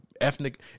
ethnic